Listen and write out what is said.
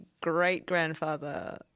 great-grandfather